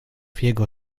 jego